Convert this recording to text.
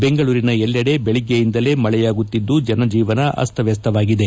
ಬೆಂಗಳೂರಿನ ಎಲ್ಲೆಡೆ ಬೆಳಿಗ್ಗೆಯಿಂದಲೇ ಮಳೆಯಾಗುತ್ತಿದ್ದು ಜನಜೀವನ ಅಸ್ತವ್ವಸ್ತವಾಗಿದೆ